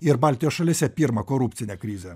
ir baltijos šalyse pirmą korupcinę krizę